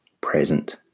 present